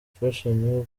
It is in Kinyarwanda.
imfashanyo